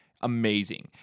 amazing